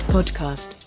Podcast